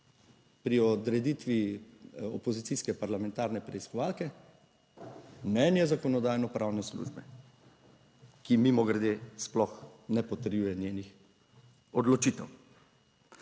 pri odreditvi opozicijske parlamentarne preiskovalke mnenje Zakonodajno-pravne službe, ki mimogrede sploh ne potrjuje njenih odločitev.